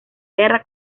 guerra